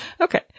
okay